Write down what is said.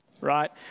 right